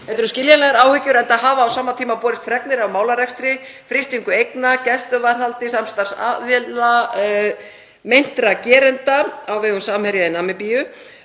Þetta eru skiljanlegar áhyggjur enda hafa á sama tíma borist fregnir af málarekstri, frystingu eigna og gæsluvarðhaldi samstarfsaðila meintra gerenda á vegum Samherja í Namibíu